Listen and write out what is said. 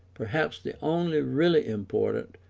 perhaps the only really important,